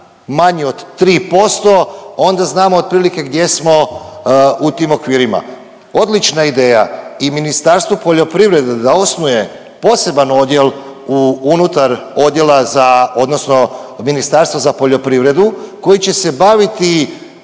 manje od 3%, onda znamo otprilike gdje smo u tim okvirima. Odlična ideja i Ministarstvu poljoprivrede da osnuje poseban odjel unutar odjela za, odnosno ministarstvu za poljoprivredu koji će se baviti